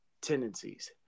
tendencies